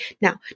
Now